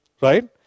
right